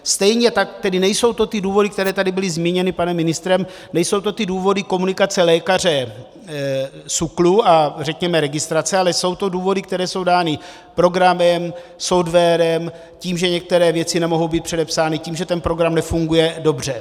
Stejně tak tedy nejsou to ty důvody, které tady byly zmíněny panem ministrem, nejsou to ty důvody komunikace lékaře, SÚKLu a řekněme registrace, ale jsou to důvody, které jsou dány programem, softwarem, tím, že některé věci nemohou být předepsány, tím, že ten program nefunguje dobře.